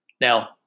Now